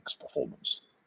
performance